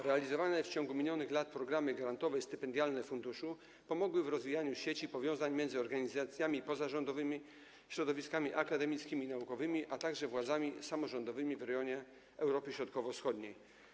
Realizowane w ciągu minionych lat programy grantowe i stypendialne funduszu pomogły w rozwijaniu sieci powiązań między organizacjami pozarządowymi, środowiskami akademickimi i naukowymi, a także władzami samorządowymi w rejonie Europy Środkowo-Wschodniej.